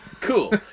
Cool